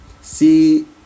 see